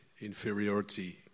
inferiority